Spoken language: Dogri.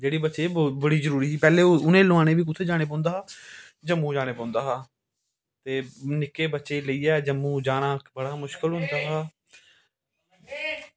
जेह्ड़ी बच्चे ई बड़ी जरूरी ही पैह्लें उनेंई लुआने बी कुत्थें जाना पौंदा हा जम्मू जाना पौंदा हा ते निक्के बच्चेई लेइयै जम्मू जाना बड़ा मुश्कल होंदा हा